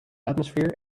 atmosphere